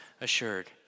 assured